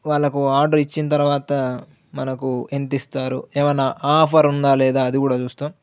వాళ్ళకు ఆర్డర్ ఇచ్చిన తర్వాత మనకు ఎంత ఇస్తారు ఏమన్నా ఆఫర్ ఉందా లేదా అది కూడా చూస్తాం